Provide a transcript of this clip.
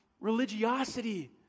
religiosity